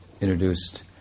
introduced